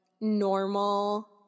normal